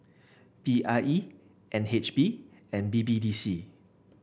P I E N H B and B B D C